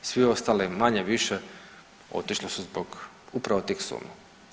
Svi ostali manje-više otišli su zbog upravo tih sumnji.